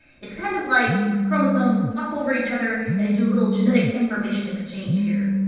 it's kind of like these chromosomes flop over each other and they do a little genetic information exchange here.